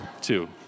Two